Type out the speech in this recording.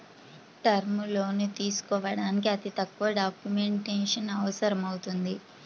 term లోన్లు తీసుకోడానికి అతి తక్కువ డాక్యుమెంటేషన్ అవసరమవుతుంది